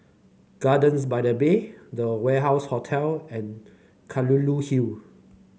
Gardens by the Bay The Warehouse Hotel and Kelulut Hill